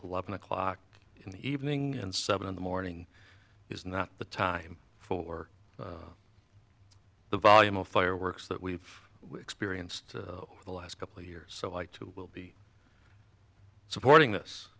eleven o'clock in the evening and seven in the morning is not the time for the volume of fireworks that we've experienced over the last couple of years so i too will be supporting